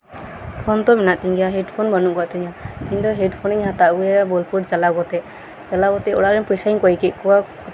phone ᱫᱚ ᱢᱮᱱᱟᱜ ᱛᱤᱧ ᱜᱮᱭᱟ ᱦᱮᱰ ᱯᱷᱳᱱ ᱵᱟᱹᱱᱩᱜ ᱠᱟᱜ ᱛᱤᱧᱟ ᱤᱧᱫᱚ ᱦᱮᱰ ᱯᱷᱳᱱᱤᱧ ᱦᱟᱛᱟᱣ ᱟᱹᱜᱩᱭᱟ ᱵᱳᱞᱯᱩᱨ ᱪᱟᱞᱟᱣ ᱠᱟᱛᱮᱫ ᱪᱟᱞᱟᱣ ᱠᱟᱛᱮᱫ ᱚᱲᱟᱜ ᱨᱮ ᱯᱚᱭᱥᱟᱧ ᱠᱚᱭ ᱠᱮᱫ ᱠᱚᱣᱟ